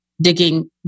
digging